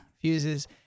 Fuses